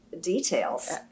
details